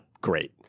great